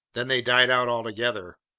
then they died out altogether.